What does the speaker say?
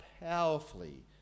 powerfully